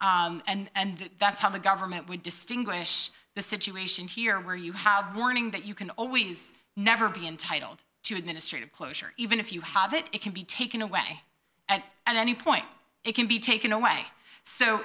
and that's how the government would distinguish the situation here where you have warning that you can always never be entitled to administrative closure even if you have it it can be taken away at any point it can be taken away so